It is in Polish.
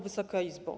Wysoka Izbo!